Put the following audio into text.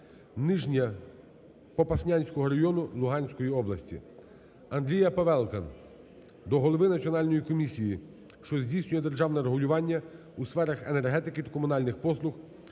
Нижнє Попаснянського району Луганської області. Андрія Павелка до голови національної комісії, що здійснює державне регулювання у сферах енергетики та комунальних послуг